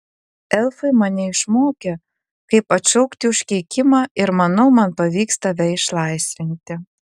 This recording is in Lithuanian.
elfai mane išmokė kaip atšaukti užkeikimą ir manau man pavyks tave išlaisvinti